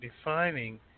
defining